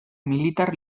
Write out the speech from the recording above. militar